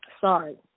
Sorry